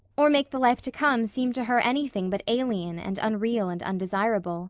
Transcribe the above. or make the life to come seem to her anything but alien and unreal and undesirable